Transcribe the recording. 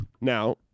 Now